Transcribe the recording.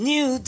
New